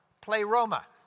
Play-roma